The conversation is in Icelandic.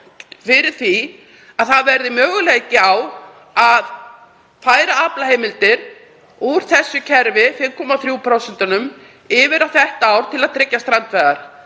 fyrir því að það verði mögulegt að færa aflaheimildir úr þessu kerfi, 5,3%, yfir á þetta ár til að tryggja strandveiðar.